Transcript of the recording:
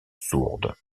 sourde